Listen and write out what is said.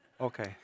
Okay